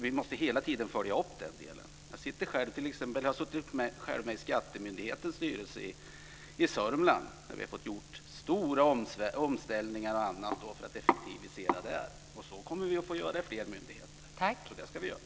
Vi måste hela tiden följa upp den delen. Jag t.ex. själv suttit med i skattemyndighetens styrelse i Sörmland. Vi har fått göra stora omställningar och annat för att effektivisera. Det kommer vi att få göra i fler myndigheter, och det ska vi göra.